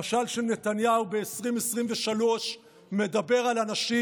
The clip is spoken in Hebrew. המשל של נתניהו מדבר ב-2023 על אנשים